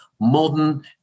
Modern